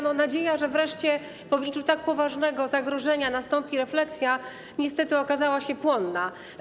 Nadzieja, że wreszcie w obliczu tak poważnego zagrożenia nastąpi refleksja, niestety okazała się płonna.